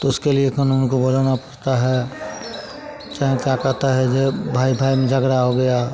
तो उसके लिए कानून को बुलाना पड़ता है चाहें क्या कहता है यह भाई बहन में झगड़ा हो गया